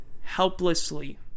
helplessly